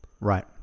Right